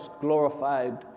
glorified